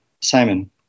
Simon